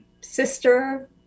sister